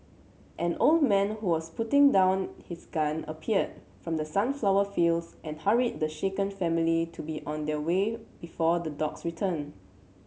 an old man who was putting down his gun appeared from the sunflower fields and hurried the shaken family to be on their way before the dogs return